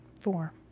four